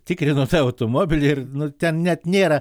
tikrino tą automobilį ir nu ten net nėra